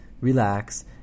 relax